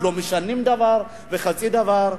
לא משנים דבר וחצי דבר.